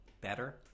better